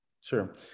Sure